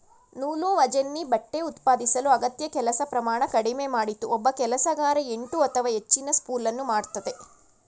ನೂಲುವಜೆನ್ನಿ ಬಟ್ಟೆ ಉತ್ಪಾದಿಸಲು ಅಗತ್ಯ ಕೆಲಸ ಪ್ರಮಾಣ ಕಡಿಮೆ ಮಾಡಿತು ಒಬ್ಬ ಕೆಲಸಗಾರ ಎಂಟು ಅಥವಾ ಹೆಚ್ಚಿನ ಸ್ಪೂಲನ್ನು ಮಾಡ್ತದೆ